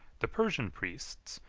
the persian priests,